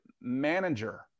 manager